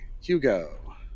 Hugo